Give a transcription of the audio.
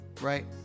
right